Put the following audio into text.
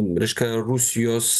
reiškia rusijos